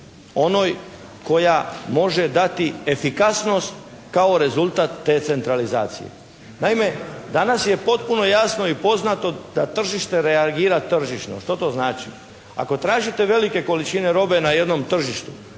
onoj koja može dati efikasnost kao rezultat te centralizicije. Naime danas je potpuno jasno i poznato da tržište reagira tržišno. Što to znači? Ako tražite velike količine robe na jednom tržištu,